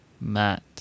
mat